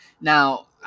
Now